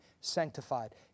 sanctified